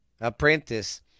apprentice